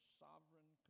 sovereign